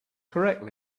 correctly